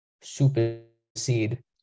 supersede